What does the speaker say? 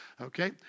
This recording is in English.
Okay